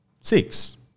six